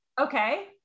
Okay